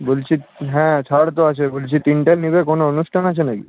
বলছি হ্যাঁ ছাড় তো আছে বলছি তিনটা নিবে কোনো অনুষ্টান আছে না কি